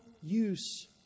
use